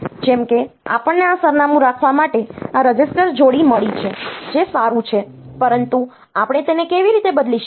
જેમ કે આપણ ને આ સરનામું રાખવા માટે આ રજિસ્ટર જોડી મળી છે જે સારું છે પરંતુ આપણે તેને કેવી રીતે બદલી શકીએ